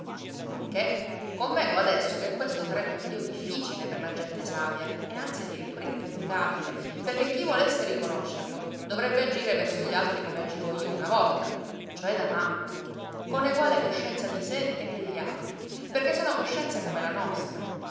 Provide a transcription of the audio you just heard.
non che convengo adesso che questo sarebbe un dio difficile per la gente savia e anzi addirittura impraticabile perché chi volesse riconoscerlo dovrebbe agire verso gli altri come agivo io una volta cioè da matto con eguale coscienza di sé e degli altri perché sono coscienze come la nostra